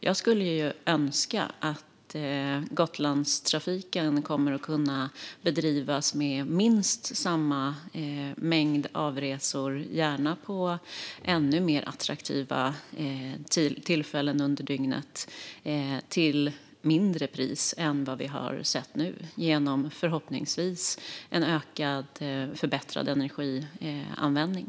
Jag skulle önska att Gotlandstrafiken kommer att kunna bedrivas med minst samma mängd resor, gärna vid ännu mer attraktiva tillfällen under dygnet och till lägre pris än vad vi har sett nu, förhoppningsvis genom förbättrad energianvändning.